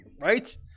right